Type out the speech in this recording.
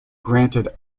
granted